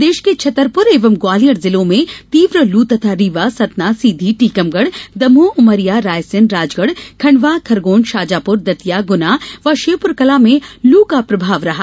प्रदेश के छतपुर एवं ग्वालियर जिलों में तीव्र लू तथा रीवा सतना सीधी टीकमगढ़ दमोह उमरिया रायसेन राजगढ़ खंडवा खरगौन शाजापुर दतिया गुना व श्योपुर कलां में लू का प्रभाव रहा